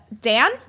Dan